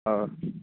ꯑꯧ